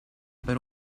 per